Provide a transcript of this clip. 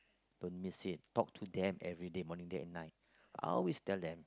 don't miss it talk to them everyday morning day and night always tell them